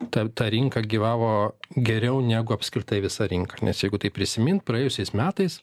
ta ta rinka gyvavo geriau negu apskritai visa rinka nes jeigu tai prisimint praėjusiais metais